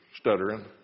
stuttering